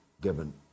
given